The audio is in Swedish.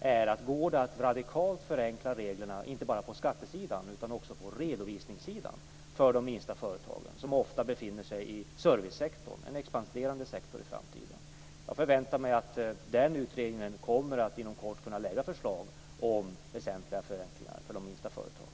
är: Går det att radikalt förenkla reglerna inte bara på skattesidan utan också på redovisningssidan för de minsta företagen? Dessa befinner sig ju ofta i servicesektorn, som är en expanderande sektor i framtiden. Jag förväntar mig att denna utredning inom kort kommer att kunna lägga fram förslag om väsentliga förenklingar för de minsta företagen.